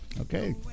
Okay